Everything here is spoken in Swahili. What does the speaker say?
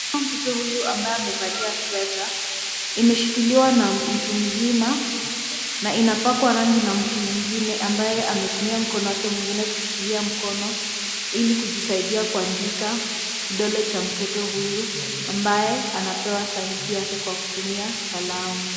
Mkono wa mtoto huyu ambaye amevalia sweater imeshikiliwa na mtumzima na inapakwa rangi na mtu mwingine ambaye ametumia mkono wake mwingine kushikilia mkono ili kujisaidia kuandika, kidole cha mtoto huyu ambaye anapewa sahihi yake kwa kutumia kalamu.